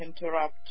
interrupt